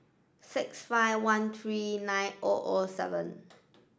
six five one three nine O O seven